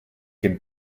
can